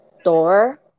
store